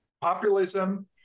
populism